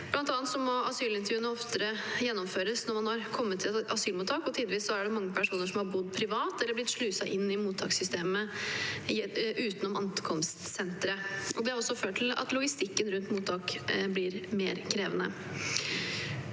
Blant annet må asylintervjuene oftere gjennomføres når man har kommet til et asylmottak, og tidvis er det mange personer som har bodd privat eller blitt sluset inn i mottakssystemet utenom ankomstsenteret. Det har også ført til at logistikken rundt mottak blir mer krevende.